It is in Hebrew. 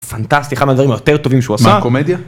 ‫פנטסטי, אחד הדברים ‫היותר טובים שהוא עשה. ‫מה, קומדיה?